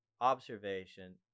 observation